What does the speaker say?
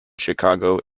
chicago